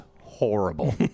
horrible